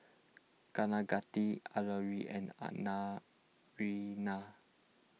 Kaneganti Alluri and